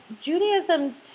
Judaism